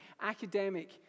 Academic